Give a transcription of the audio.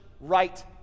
right